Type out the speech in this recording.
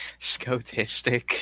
Scotistic